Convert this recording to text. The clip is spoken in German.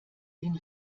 den